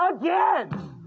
again